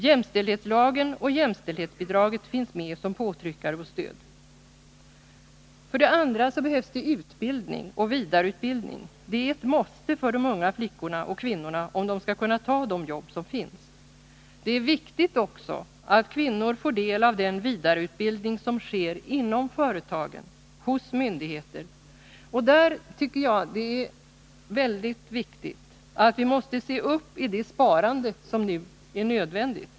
Jämställdhetslagen och jämställdhetsbidraget finns med som påtryckare och stöd. För det andra: Utbildning och vidareutbildning är ett måste för de unga flickorna och kvinnorna om de skall kunna ta de jobb som finns. Det är viktigt att kvinnor får del av den vidareutbildning som sker inom företagen och hos myndigheter. Och i det sammanhanget tycker jag att det är mycket viktigt att vi ser upp i det sparande som nu är nödvändigt.